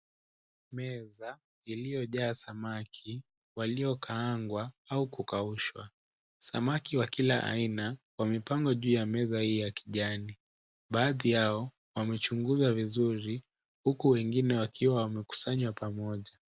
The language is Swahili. Meza iliyojaa samaki waliokaangwa au kukaushwa. Samaki wa kila aina kwa mipango juu ya meza hii ya kijani baadhi yao wamechunguza vizuri huko wengine wakiwa wamekusanywa pamoja.